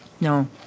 no